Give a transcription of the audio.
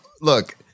Look